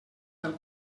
del